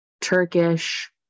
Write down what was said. Turkish